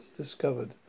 discovered